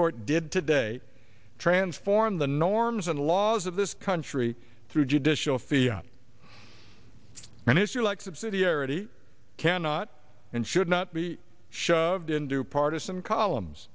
court did today transform the norms and laws of this country through judicial fee on an issue like subsidiarity cannot and should not be shoved into partisan columns